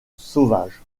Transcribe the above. sauvages